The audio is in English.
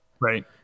Right